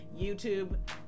YouTube